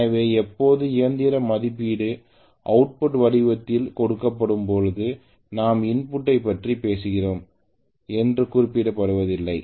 எனவே எப்போதும் இயந்திர மதிப்பீடு அவுட்புட் வடிவத்தில் கொடுக்கப்படும்போது நாம் இன்புட் ஐ பற்றி பேசுகிறோம் என்று குறிப்பிடப்படவில்லை